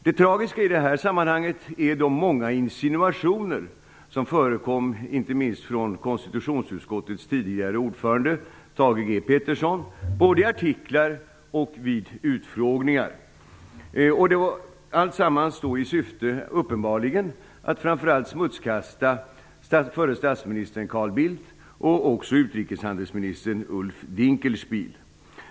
Det tragiska i det här sammanhanget är de många insinuationer som förekom, inte minst från konstitutionsutskottets tidigare ordförande Thage G Peterson, både i artiklar och vid utfrågningar - alltsammans uppenbarligen i syfte framför allt att smutskasta förre statsministern Carl Bildt och också förre utrikeshandelsministern Ulf Dinkenspiel.